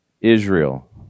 Israel